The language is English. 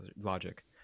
Logic